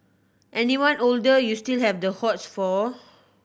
anyone older you still have the hots for